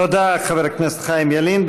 תודה, חבר הכנסת חיים ילין.